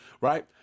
right